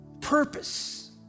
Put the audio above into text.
purpose